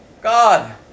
God